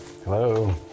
Hello